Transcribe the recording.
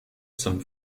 zum